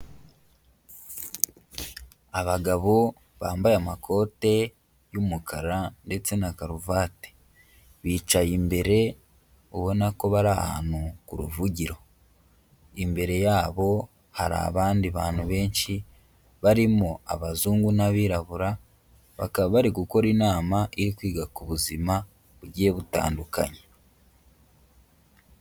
Abagabo bambaye amakote y'umukara ndetse na karuvati, bicaye imbere ubona ko bari ahantu ku ruvugiro. Imbere yabo hari abandi bantu benshi barimo abazungu n'abirabura, bakaba bari gukora inama iri kwiga ku buzima bugiye butandukanye.